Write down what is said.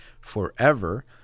forever